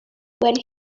when